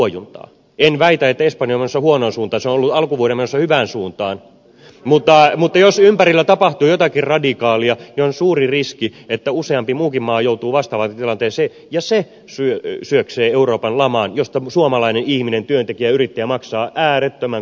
en väitä että espanja on menossa huonoon suuntaan se on ollut alkuvuoden menossa hyvään suuntaan mutta jos ympärillä tapahtuu jotakin radikaalia on suuri riski että usea muukin maa joutuu vastaavaan tilanteeseen ja se syöksee euroopan lamaan josta suomalainen ihminen työntekijä yrittäjä maksaa äärettömän kovan hinnan